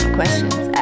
questions